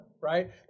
right